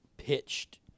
pitched